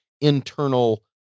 internal